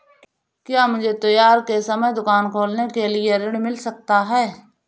क्या मुझे त्योहार के समय दुकान खोलने के लिए ऋण मिल सकता है?